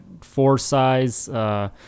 four-size